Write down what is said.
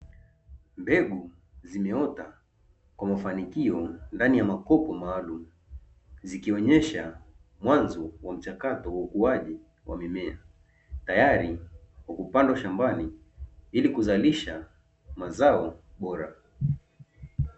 Mbegu zimeota kwa mafanikio ndani ya makopo maalumu, zikionyesha mwanzo wa mchakato wa ukuaji wa mimea, tayari kwa kupandwa shambani ili kuzalisha mazao bora.